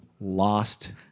lost